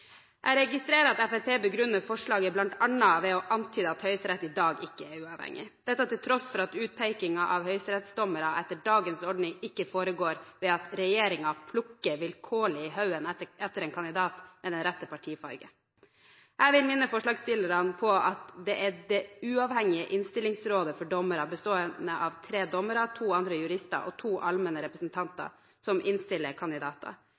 Jeg registrerer at Fremskrittspartiet begrunner forslaget bl.a. ved å antyde at Høyesterett i dag ikke er uavhengig – dette til tross for at utpekingen av høyesterettsdommere etter dagens ordning ikke foregår ved at regjeringen plukker vilkårlig i haugen etter en kandidat med den rette partifargen. Jeg vil minne forslagsstillerne om at det er det uavhengige innstillingsrådet for dommere, bestående av tre dommere, to andre jurister og to allmenne representanter, som innstiller kandidater.